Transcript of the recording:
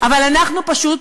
אבל אנחנו, פשוט,